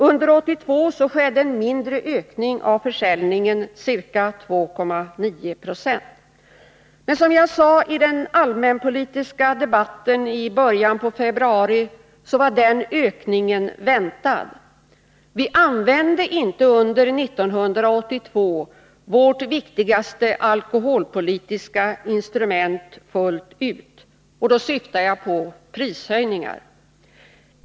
Under 1982 skedde en mindre ökning av försäljningen: ca 2,9 9. Som jag påpekade i den allmänpolitiska debatt som hölls i kammaren i början av februari var den ökningen väntad. Vi använde inte under 1982 vårt viktigaste alkoholpolitiska instrument fullt ut. Jag syftar på prishöjningar.